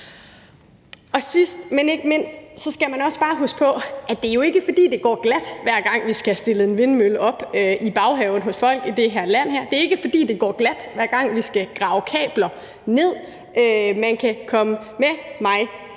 Sidst, men ikke mindst skal man også bare huske på, at det jo ikke er, fordi det går glat, hver gang vi skal have stillet en vindmølle op i baghaven hos folk i det her land. Det er ikke, fordi der går glat, hver gang vi skal grave kabler ned. Man kan komme med mig